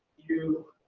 you.